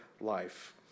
life